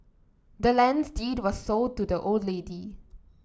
the land's deed was sold to the old lady